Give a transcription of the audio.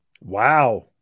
Wow